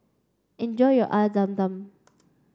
enjoy your air Zam Zam